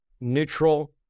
neutral